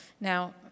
Now